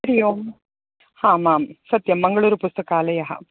हरि ओं हामाम् सत्यं मङ्गलूरुपुस्तकालयः